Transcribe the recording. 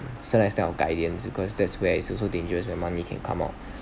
a certain extent of our guidance because that's where is also dangerous when money can come out